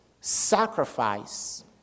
sacrifice